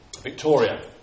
Victoria